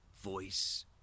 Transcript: voice